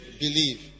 believe